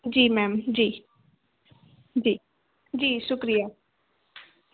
जी ma'am जी जी जी शुक्रिया